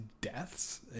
deaths